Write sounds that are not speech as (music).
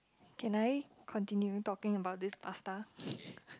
can I continue talking about this pasta (laughs)